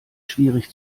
schwierig